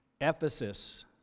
Ephesus